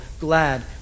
glad